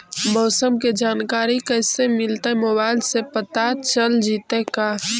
मौसम के जानकारी कैसे मिलतै मोबाईल से पता चल जितै का?